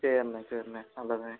சரிண்ணே சரிண்ணே நல்லதுண்ணே